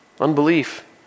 unbelief